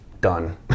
done